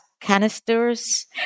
canisters